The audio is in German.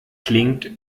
klingt